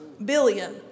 Billion